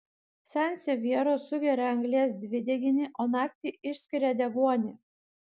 sansevjeros sugeria anglies dvideginį o naktį išskiria deguonį